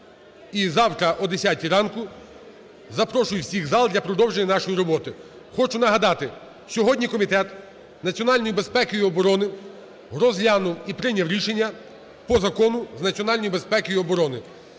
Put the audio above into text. І завтра о 10 ранку запрошую всіх в зал для продовження нашої роботи. Хочу нагадати, сьогодні Комітет національної безпеки і оброни розглянув і прийняв рішення по Закону з національної безпеки і оброни.